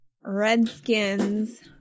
Redskins